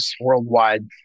worldwide